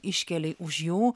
iškeli už jų